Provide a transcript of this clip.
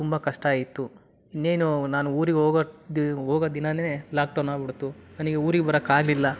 ತುಂಬ ಕಷ್ಟ ಆಗಿತ್ತು ಇನ್ನೇನು ನಾನು ಊರಿಗೆ ಹೋಗೋ ದಿನ ಹೋಗೋ ದಿನನೇ ಲಾಕ್ಡೌನ್ ಆಗ್ಬಿಡ್ತು ನನಗೆ ಊರಿಗೆ ಬರಕ್ಕೆ ಆಗಲಿಲ್ಲ